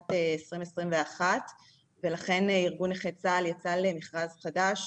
שנת 2021 ולכן ארגון נכי צה"ל יצא למכרז חדש,